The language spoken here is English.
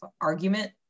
argument